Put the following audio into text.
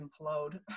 implode